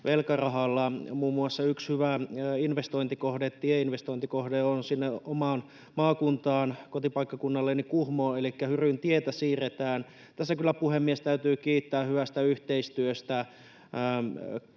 velkarahalla. Muun muassa yksi hyvä tieinvestointikohde on sinne omaan maakuntaani, kotipaikkakunnalleni Kuhmoon, elikkä Hyryntietä siirretään. Tässä kyllä, puhemies, täytyy kiittää hyvästä yhteistyöstä